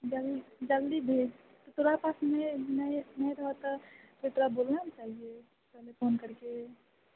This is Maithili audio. जँ जल्दी भेज तऽ तोरा पास नहि नहि नहि रहऽ तऽ तोरा बोलना ने चाहिए पहिले फोन करिके